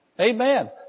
Amen